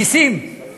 גיסים.